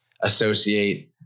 associate